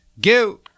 go